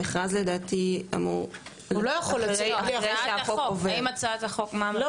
המכרז לדעתי אמור אחרי שהחוק עובר.